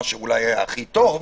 מה שאולי היה הכי טוב,